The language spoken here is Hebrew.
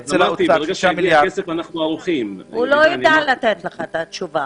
הוא לא יידע לתת לך את התשובה.